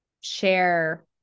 share